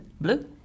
blue